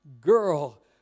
girl